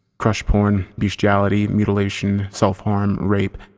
crush porn, bestiality, mutilation, self-harm, rape,